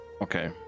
Okay